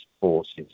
forces